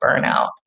burnout